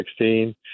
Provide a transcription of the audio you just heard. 2016